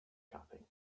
shopping